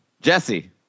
Jesse